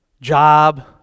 job